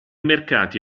mercati